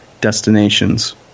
destinations